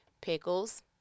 pickles